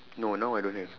no now I don't have